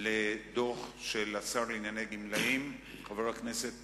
לדוח של השר לענייני גמלאים, חבר הכנסת